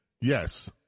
Yes